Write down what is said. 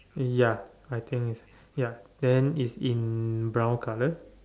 ya I think is ya then is in brown colour